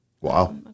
wow